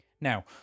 Now